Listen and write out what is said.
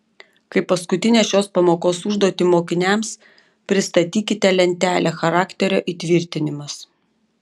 kaip paskutinę šios pamokos užduotį mokiniams pristatykite lentelę charakterio įtvirtinimas